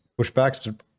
pushbacks